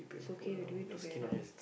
it's okay we'll do it together